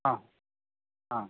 ആ ആ